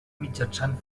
mitjançant